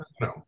No